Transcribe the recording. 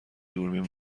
دوربین